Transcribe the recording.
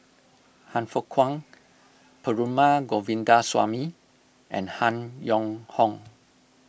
Han Fook Kwang Perumal Govindaswamy and Han Yong Hong